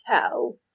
tell